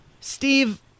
Steve